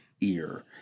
ear